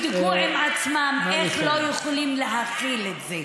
האם היא קיימת במצב הנוכחי?